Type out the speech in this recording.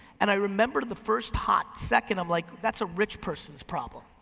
and i remember the first hot second i'm like that's a rich person's problem.